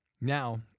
now